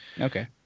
Okay